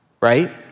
Right